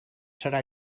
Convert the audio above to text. serà